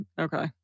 Okay